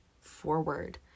forward